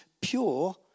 pure